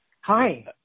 Hi